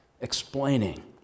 explaining